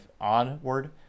onward